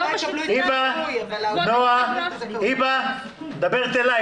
את מדברת אליי,